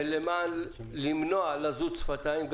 ולמען למנוע לזות שפתיים.